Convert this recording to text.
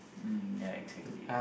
mm yeah exactly